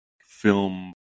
film